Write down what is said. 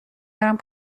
برم